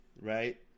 right